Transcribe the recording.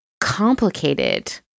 complicated